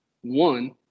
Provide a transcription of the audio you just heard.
one